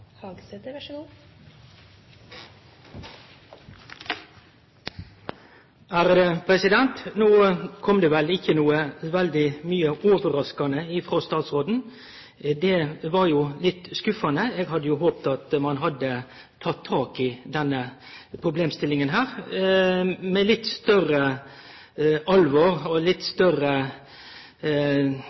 kom det vel ikkje veldig mykje overraskande frå statsråden. Det var litt skuffande. Eg hadde håpa at ein hadde teke tak i denne problemstillinga med litt større alvor og litt større